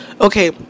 Okay